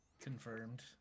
confirmed